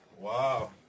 Wow